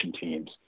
teams